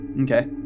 Okay